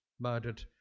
murdered